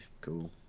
Cool